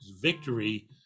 victory